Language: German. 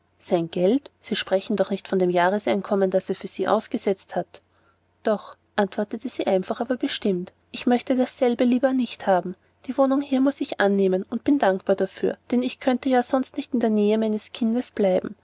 sein geld sie sprechen doch nicht von dem jahreseinkommen das er für sie ausgesetzt hat doch antwortete sie einfach aber bestimmt ich möchte dasselbe lieber nicht haben die wohnung hier muß ich annehmen und bin dankbar dafür denn ich könnte ja sonst nicht in der nähe meines kindes bleiben